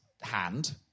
hand